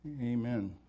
Amen